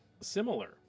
similar